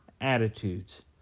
attitudes